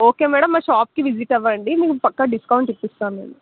okay madam మా షాపుకి visit అవ్వండి నేను పక్కా డిస్కౌంట్ ఇస్తాను నేను